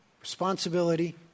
responsibility